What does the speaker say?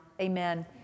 Amen